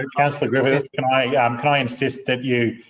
ah councillor griffiths, can i yeah um can i insist that you